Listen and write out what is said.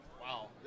wow